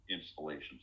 installations